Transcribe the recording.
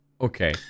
Okay